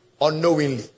unknowingly